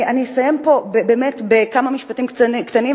אני אסיים פה באמת בכמה משפטים קצרים,